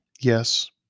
Yes